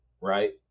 right